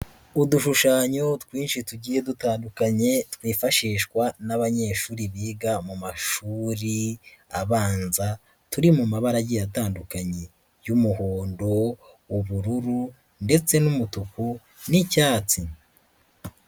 Udushushanyo twinshi tugiye dutandukanye twifashishwa n'abanyeshuri biga mu mashuri abanza turi mu mabarage atandukanye, y'umuhondo, ubururu ndetse n'umutuku n'icyatsi.